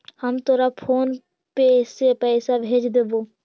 हम तोरा PhonePe से पईसा भेज देबो